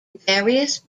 various